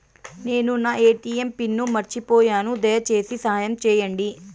నేను నా ATM pin మర్చిపోయాను, దయచేసి సహాయం చేయండి